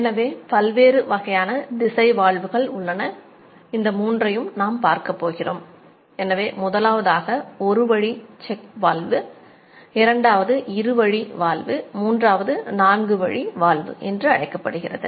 எனவே பல்வேறு வகையான திசை வால்வுகள் என்று அழைக்கப்படுகிறது